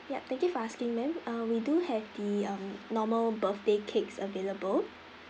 yup thank you for asking ma'am uh we do have the um normal birthday cakes available